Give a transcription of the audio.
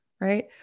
right